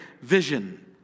vision